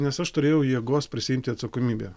nes aš turėjau jėgos prisiimti atsakomybę